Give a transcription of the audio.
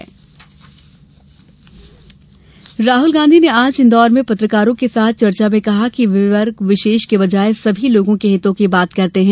राहुल राहुल गांधी ने आज इंदौर में पत्रकारों के साथ चर्चा में कहा कि वे वर्ग विशेष के बजाय सभी लोगों के हितों की बात करते हैं